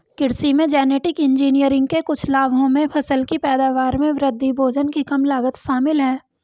कृषि में genetic engineering के कुछ लाभों में फसल की पैदावार में वृद्धि, भोजन की कम लागत शामिल हैं